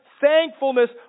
thankfulness